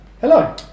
hello